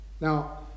Now